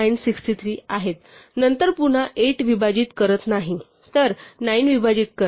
नंतर पुन्हा 8 विभाजित करत नाही तर 9 विभाजित करते